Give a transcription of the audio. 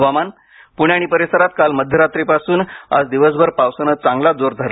हवामान प्णे आणि परिसरात काल मध्यरात्रीपासून आज दिवसभर पावसानं चांगला जोर धरला आहे